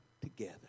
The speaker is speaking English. together